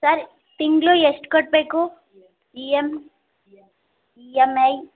sir ತಿಂಗಳು ಎಷ್ಟು ಕಟ್ಟಬೇಕು E M E M I